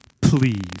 please